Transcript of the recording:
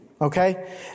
okay